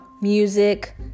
music